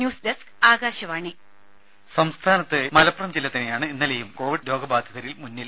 news desk Akashvani രുമ സംസ്ഥാനത്ത് മലപ്പുറം ജില്ല തന്നെയാണ് ഇന്നലെയും കോവിഡ് രോഗബാധിതരിൽ മുന്നിൽ